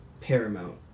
Paramount